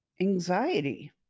anxiety